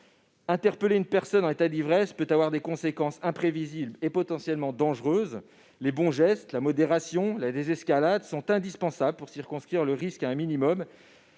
Interpeller une personne en état d'ivresse peut avoir des conséquences imprévisibles et potentiellement dangereuses : les bons gestes, la modération, la désescalade sont indispensables pour circonscrire le risque à un minimum.